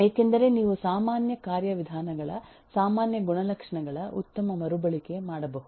ಏಕೆಂದರೆ ನೀವು ಸಾಮಾನ್ಯ ಕಾರ್ಯವಿಧಾನಗಳ ಸಾಮಾನ್ಯ ಗುಣಲಕ್ಷಣಗಳ ಉತ್ತಮ ಮರುಬಳಕೆ ಮಾಡಬಹುದು